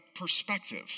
perspective